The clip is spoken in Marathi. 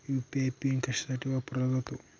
यू.पी.आय पिन कशासाठी वापरला जातो?